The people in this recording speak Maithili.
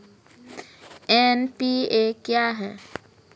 एन.पी.ए क्या हैं?